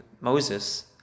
Moses